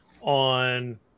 on